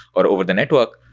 or over the network,